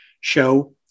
show